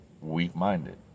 weak-minded